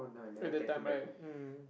eh that time right mm